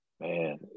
Man